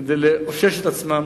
כדי לאושש את עצמם